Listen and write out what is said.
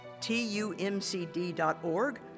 tumcd.org